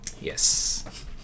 Yes